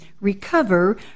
recover